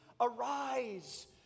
arise